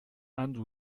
end